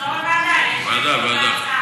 לחזור לוועדה להמשך דיון בהצעה.